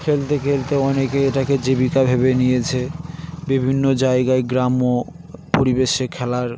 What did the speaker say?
খেলতে খেলতে অনেকে এটাকে জীবিকা ভেবে নিয়েছে বিভিন্ন জায়গায় গ্রাম্য পরিবেশে খেলার